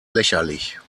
lächerlich